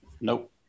Nope